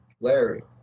larry